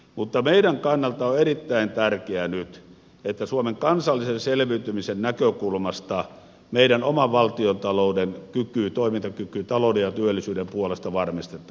mutta meidän kannaltamme on erittäin tärkeä nyt että suomen kansallisen selviytymisen näkökulmasta meidän oman valtiontalouden toimintakyky talouden ja työllisyyden puolesta varmistetaan